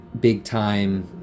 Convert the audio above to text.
big-time